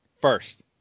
First